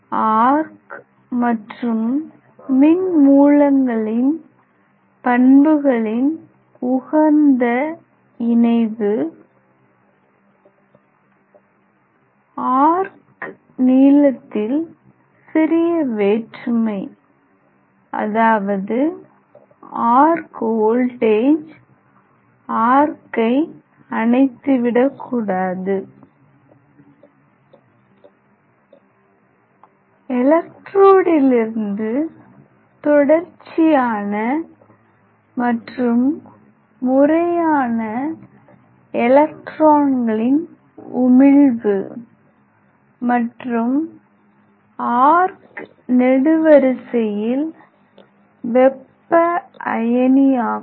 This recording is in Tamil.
ஆர்க் மற்றும் மின் மூலங்களின் பண்புகளின் உகந்த இணைவு ஆர்க் நீளத்தில் சிறிய வேற்றுமை அதாவது ஆர்க் வோல்ட்டேஜ் ஆர்க்கை அணைத்து விடக்கூடாது எலெக்ட்ரோடிலிருந்து தொடர்ச்சியான மற்றும் முறையான எலெக்ட்ரோன்களின் உமிழ்வு மற்றும் ஆர்க் நெடுவரிசையில் வெப்ப அயனியாக்கம்